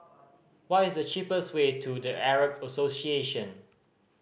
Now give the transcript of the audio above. what is the cheapest way to The Arab Association